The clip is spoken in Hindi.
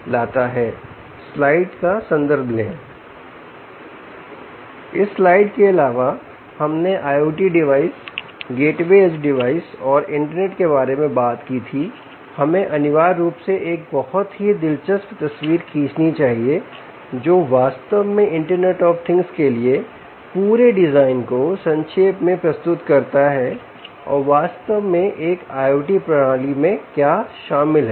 इस स्लाइड के अलावा हमने IoT device gateway edge device और इंटरनेट के बारे में बात की थी हमें अनिवार्य रूप से एक बहुत ही दिलचस्प तस्वीर खींचनी चाहिए जो वास्तव मे इंटरनेट ऑफ थिंग्स के लिए पूरे डिजाइन को संक्षेप में प्रस्तुत करता है और वास्तव में एक IoT प्रणाली में क्या शामिल हैं